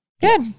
Good